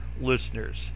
listeners